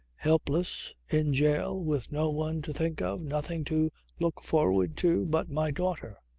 helpless, in jail, with no one to think of, nothing to look forward to, but my daughter.